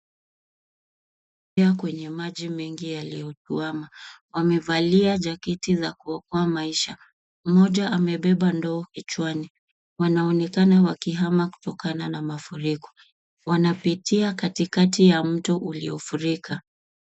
kwenye maji mengi yaliyotuama. Wamevalia jaketi za kuokoa maisha. Mmoja amebeba ndoo kichwani. Wanaonekana wakihama kutokana na mafuriko. Wanapitia katikati ya mto uliofurika.